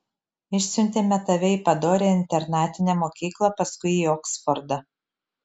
išsiuntėme tave į padorią internatinę mokyklą paskui į oksfordą